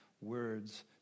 words